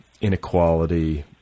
inequality